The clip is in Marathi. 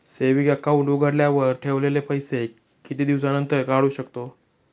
सेविंग अकाउंट उघडल्यावर ठेवलेले पैसे किती दिवसानंतर काढू शकतो?